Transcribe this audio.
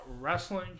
wrestling